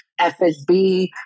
FSB